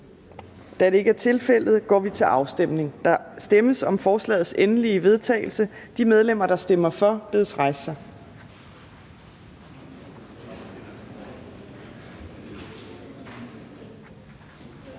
Afstemning Formanden (Henrik Dam Kristensen): Der stemmes om forslagets endelige vedtagelse. De medlemmer, der stemmer for, bedes rejse sig.